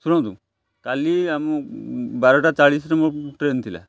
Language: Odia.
ଶୁଣନ୍ତୁ କାଲି ଆମ ବାରଟା ଚାଳିଶିରେ ମୋ ଟ୍ରେନ ଥିଲା